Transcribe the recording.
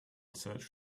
search